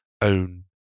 own